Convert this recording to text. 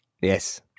Yes